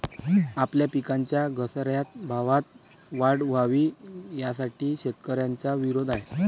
आपल्या पिकांच्या घसरत्या भावात वाढ व्हावी, यासाठी शेतकऱ्यांचा विरोध आहे